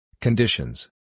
Conditions